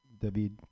David